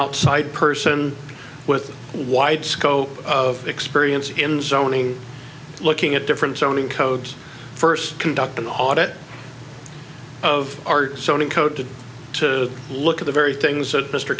outside person with wide scope of experience in zoning looking at different zoning codes first conduct an audit of our sony code to look at the very things that mr